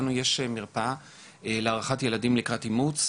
לנו יש מרפאה להערכת ילדים לקראת אימוץ.